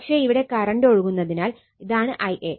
പക്ഷെ ഇവിടെ കറണ്ട് ഒഴുകുന്നതിനാൽ ഇതാണ് Ia